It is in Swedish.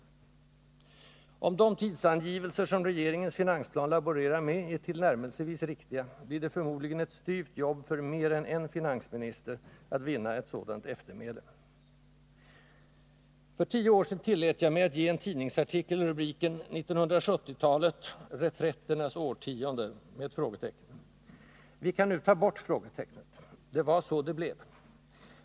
— Om de tidsangivelser som regeringens finansplan laborerar med är tillnärmelsevis riktiga blir det förmodligen ett styvt jobb för mer än en finansminister att vinna ett sådant eftermäle. För tio år sedan tillät jag mig att ge en tidningsartikel rubriken ”1970-talet —reträtternas årtionde?” . Vi kan nu ta bort frågetecknet. Det var så det blev.